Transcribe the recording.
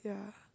yeah